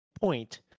point